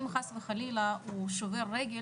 אם חס וחלילה הוא שובר רגל,